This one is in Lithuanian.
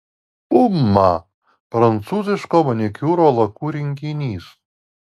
uma prancūziško manikiūro lakų rinkinys